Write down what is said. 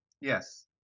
Yes